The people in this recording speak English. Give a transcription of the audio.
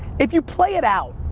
if you play it out,